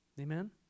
Amen